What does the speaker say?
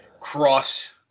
cross